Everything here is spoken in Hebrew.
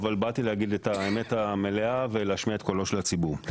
אבל באתי להגיד את האמת המלאה ולהשמיע את קולו של הציבור.